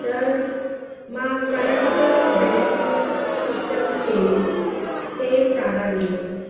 त मां current banking system खे टे तारा ॾींदसि